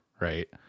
right